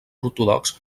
ortodox